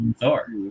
Thor